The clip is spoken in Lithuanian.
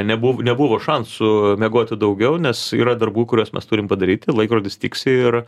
nebuv nebuvo šansų miegoti daugiau nes yra darbų kuriuos mes turim padaryti laikrodis tiksi ir